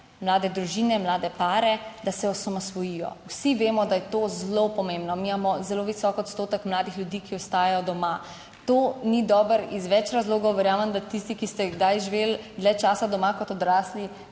mlade družine, mlade pare, da se osamosvojijo. Vsi vemo, da je to zelo pomembno. Mi imamo zelo visok odstotek mladih ljudi, ki ostajajo doma. To ni dobro iz več razlogov. Verjamem, da tisti, ki ste kdaj živeli dlje časa doma kot odrasli,